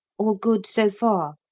all good so far.